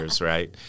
right